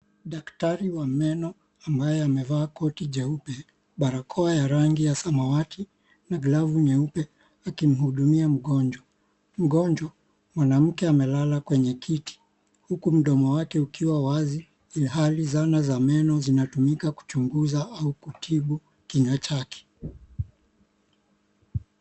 Daktari wa meno ambaye amevaa koti jeupe, barakoa ya rangi ya samawati na glavu nyeupe. Akimhudumia mgonjwa. Mgonjwa mwanamke amelala kwenye kiti. Huku mdomo wake ukiwa wazi ilhali zana za meno zinatumika kuchunguza au kutibu kinywa chake.